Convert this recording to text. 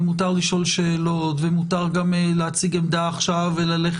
ומותר לשאול שאלות ומותר להציג עמדות שונות,